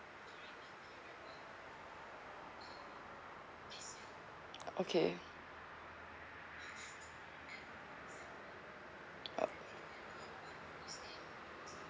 okay o~